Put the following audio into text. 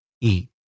eat